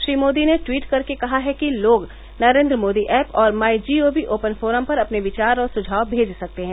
श्री मोदी ने ट्वीट कर के कहा है कि लोग नरेन्द्र मोदी ऐप और my G O V open forum पर अपने विचार और सुझाव भेज सकते हैं